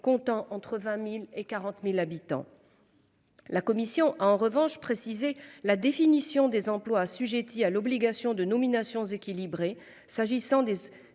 comptant entre 20.000 et 40.000 habitants. La commission a en revanche précisé la définition des employes assujettis à l'obligation de nominations équilibrées, s'agissant des